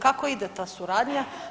Kako ide ta suradnja?